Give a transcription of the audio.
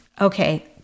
Okay